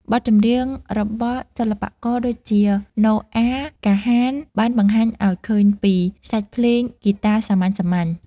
បទចម្រៀងរបស់សិល្បករដូចជា ណូអា កាហាន បានបង្ហាញឱ្យឃើញពី សាច់ភ្លេងហ្គីតាសាមញ្ញៗ។